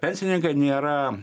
pensininkai nėra